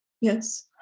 Yes